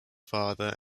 father